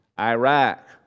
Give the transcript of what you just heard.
Iraq